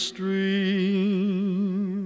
Stream